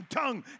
tongue